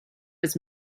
his